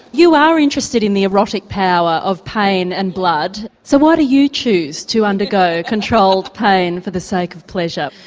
you are interested in the erotic power of pain and blood, so why do you choose to undergo controlled pain for the sake of pleasure.